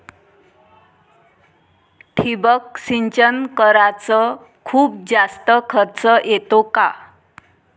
ठिबक सिंचन कराच खूप जास्त खर्च येतो का?